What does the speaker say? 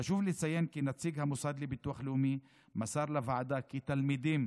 חשוב לציין כי נציג המוסד לביטוח לאומי מסר לוועדה כי תלמידים